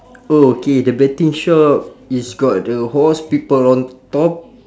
oh okay the betting shop is got the horse people on top